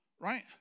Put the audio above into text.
Right